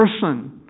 person